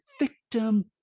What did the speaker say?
victim